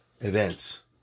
events